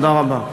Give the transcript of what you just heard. תודה רבה.